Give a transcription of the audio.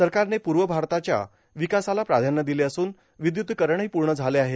सरकारनं पूर्व भारताच्या विकासाला प्राधान्य दिलं असून विद्युतीकरणही पूर्ण झालं आहे